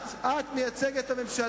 את, את מייצגת את הממשלה.